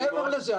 מעבר לזה,